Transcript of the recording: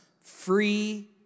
free